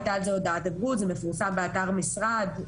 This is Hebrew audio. הייתה על זה הודעת דוברות וזה מפורסם באתר המשרד.